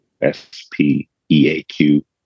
S-P-E-A-Q